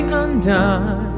undone